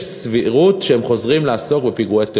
סבירות שהם יחזרו לעסוק בפיגועי טרור,